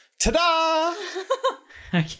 Ta-da